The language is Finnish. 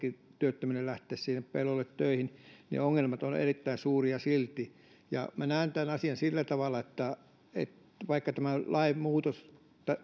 työttömille sinne pellolle töihin lähtemisen niin ongelmat ovat erittäin suuria silti minä näen tämän asian sillä tavalla että vaikka tämä väliaikainen lainmuutos